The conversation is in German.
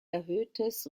erhöhtes